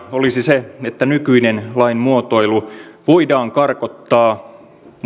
olisi se että nykyinen lain muotoilu voidaan karkottaa